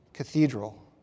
Cathedral